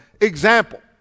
example